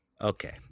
Okay